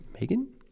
Megan